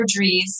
surgeries